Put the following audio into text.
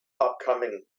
upcoming